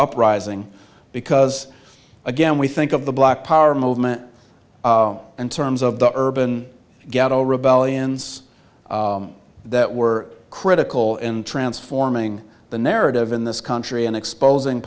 uprising because again we think of the black power movement and terms of the urban ghetto rebellions that were critical in transforming the narrative in this country and exposing